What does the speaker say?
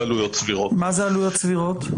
מה זה עלויות סבירות?